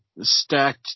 stacked